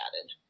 added